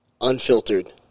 Unfiltered